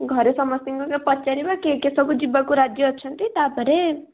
ଘରେ ସମସ୍ତଙ୍କୁ ପଚାରିବା କିଏ କିଏ ସବୁ ଯିବାକୁ ରାଜି ଅଛନ୍ତି ତା'ପରେ